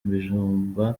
ibijumba